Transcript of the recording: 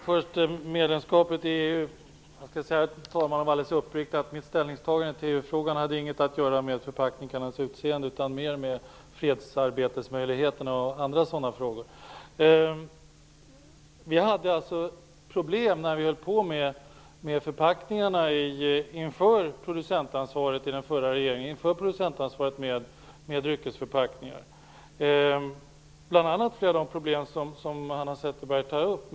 Herr talman! Jag skall vara alldeles uppriktig och säga att mitt ställningstagande i fråga om EU medlemskapet inte hade något med förpackningarnas utseende att göra utan mer med möjligheterna för fredsarbete och andra sådana frågor. Vi hade problem i den förra regeringen när vi höll på med förpackningarna inför producentansvaret för dryckesförpackningar. Vi hade bl.a. de problem som Hanna Zetterberg tar upp.